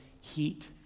heat